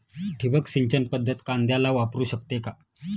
ठिबक सिंचन पद्धत कांद्याला वापरू शकते का?